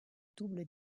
double